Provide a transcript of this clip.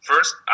First